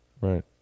Right